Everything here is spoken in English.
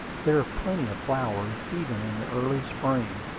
there are plenty of flowers, even in the early spring.